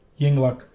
Yingluck